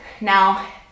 Now